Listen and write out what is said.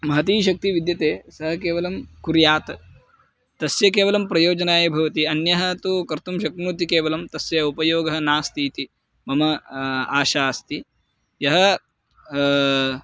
महती शक्तिः विद्यते सः केवलं कुर्यात् तस्य केवलं प्रयोजनाय भवति अन्यः तु कर्तुं शक्नोति केवलं तस्य उपयोगः नास्ति इति मम आशा अस्ति यः